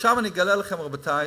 ועכשיו אני אגלה לכם, רבותי,